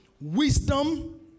wisdom